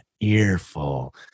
earful